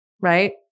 right